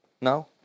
No